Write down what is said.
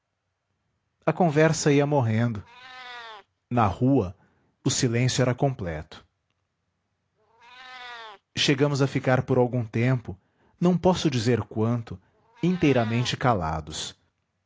a conversa ia morrendo na rua o silêncio era completo chegamos a ficar por algum tempo não posso dizer quanto inteiramente calados